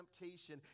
temptation